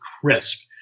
crisp